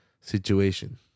situation